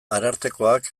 arartekoak